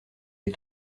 les